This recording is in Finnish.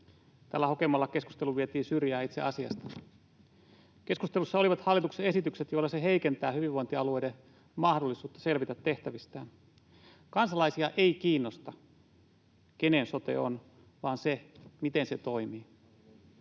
Tällä hokemalla keskustelu vietiin syrjään itse asiasta. Keskustelussa olivat hallituksen esitykset, joilla se heikentää hyvinvointialueiden mahdollisuutta selvitä tehtävistään. Kansalaisia ei kiinnosta, kenen sote on, vaan se, miten se toimii.